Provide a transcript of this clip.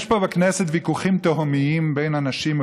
יש פה בכנסת ויכוחים תהומיים בין אנשים,